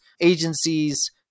agencies